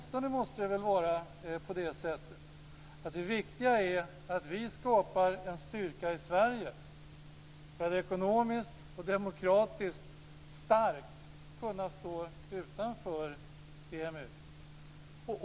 Det måste åtminstone vara på det sättet att det viktiga är att vi skapar en styrka i Sverige för att ekonomiskt och demokratiskt kunna stå starka utanför EMU.